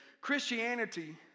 Christianity